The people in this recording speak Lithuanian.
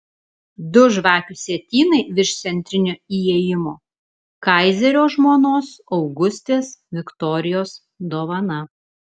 du žvakių sietynai virš centrinio įėjimo kaizerio žmonos augustės viktorijos dovana